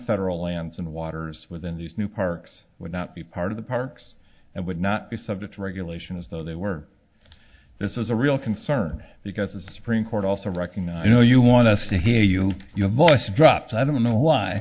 federal lands and waters within these new parks would not be part of the parks and would not be subject to regulation as though they were this is a real concern because it's a supreme court also recognize know you want us to hear you and your voice drops i don't know why